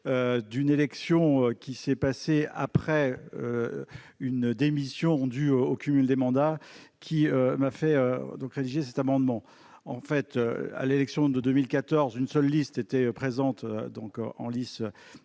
d'une élection qui s'est passé après une démission du au cumul des mandats, qui m'a fait donc rédigé cet amendement en fait à l'élection de 2014, une seule liste étaient présentes donc en lice